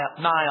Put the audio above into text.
Nile